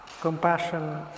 Compassion